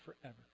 forever